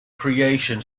creation